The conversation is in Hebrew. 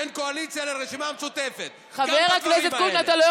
בין הקואליציה לרשימה המשותפת גם בדברים האלה.